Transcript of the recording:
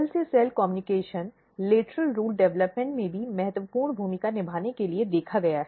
cell से cell संचार lateral root development में भी महत्वपूर्ण भूमिका निभाने के लिए देखा गया है